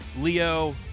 leo